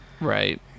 right